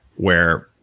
where,